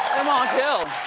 lamont hill.